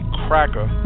cracker